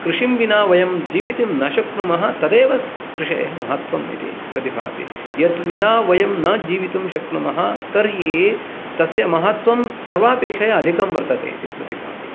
कृषिं विना वयं जीवितुं न शक्नुमः तदेव कृषेः महत्वम् इति प्रतिभाती यद्विना वयं न जीवीतुं शक्नुमः तर्हि तस्य महत्वं सर्वापेक्षया अधिकं वर्तते इति प्रतिभाती